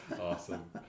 Awesome